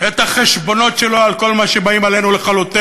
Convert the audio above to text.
את החשבונות שלו על כל מה שבאים עלינו לכלותנו,